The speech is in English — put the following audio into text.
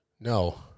No